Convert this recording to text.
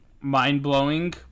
mind-blowing